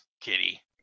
kitty